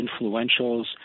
influentials